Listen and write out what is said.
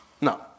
No